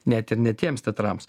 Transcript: net ir ne tiems tetrams